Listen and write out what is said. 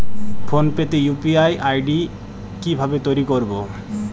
Phone pay তে UPI ID কি ভাবে তৈরি করবো?